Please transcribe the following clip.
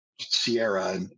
Sierra